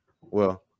well-